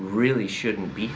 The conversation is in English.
really shouldn't be